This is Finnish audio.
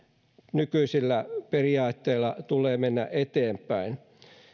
nykyisillä periaatteilla tulee mennä eteenpäin